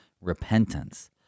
repentance